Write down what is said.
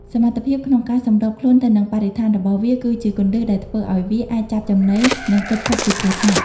សមត្ថភាពក្នុងការសម្របខ្លួនទៅនឹងបរិស្ថានរបស់វា គឺជាគន្លឹះដែលធ្វើឲ្យវាអាចចាប់ចំណី និងគេចផុតពីគ្រោះថ្នាក់។